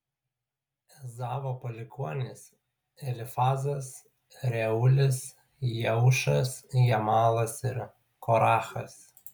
ezavo palikuonys elifazas reuelis jeušas jalamas ir korachas